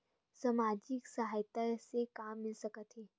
सामाजिक सहायता से का मिल सकत हे?